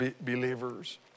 believers